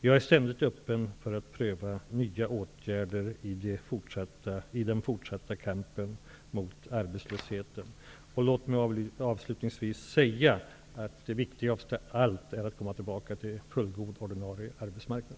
Jag är ständigt öppen för att pröva nya åtgärder i den fortsatta kampen mot arbetslösheten. Låt mig avslutningsvis säga att det viktigaste av allt är att komma tillbaka till en fullgod ordinarie arbetsmarknad.